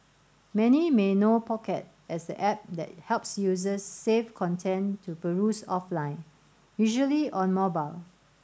many may know Pocket as the app that helps users save content to peruse offline usually on mobile